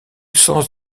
sens